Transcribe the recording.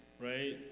Right